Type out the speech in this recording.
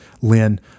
Lynn